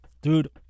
Dude